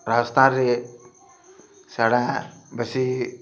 ରାଜସ୍ଥାନରେ ବେଶୀ